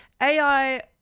AI